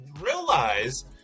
realize